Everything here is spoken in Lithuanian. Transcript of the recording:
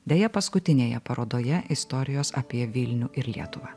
deja paskutinėje parodoje istorijos apie vilnių ir lietuvą